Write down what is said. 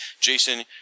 Jason